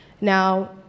Now